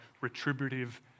retributive